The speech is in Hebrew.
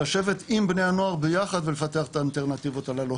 לשבת עם בני הנוער ביחד ולפתח את האלטרנטיבות הללו.